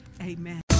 Amen